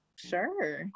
Sure